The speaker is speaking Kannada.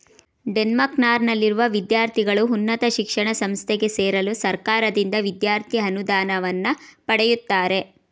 ಡೆನ್ಮಾರ್ಕ್ನಲ್ಲಿರುವ ವಿದ್ಯಾರ್ಥಿಗಳು ಉನ್ನತ ಶಿಕ್ಷಣ ಸಂಸ್ಥೆಗೆ ಸೇರಲು ಸರ್ಕಾರದಿಂದ ವಿದ್ಯಾರ್ಥಿ ಅನುದಾನವನ್ನ ಪಡೆಯುತ್ತಾರೆ